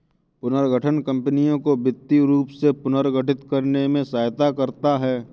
पुनर्गठन कंपनियों को वित्तीय रूप से पुनर्गठित करने में सहायता करता हैं